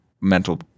mental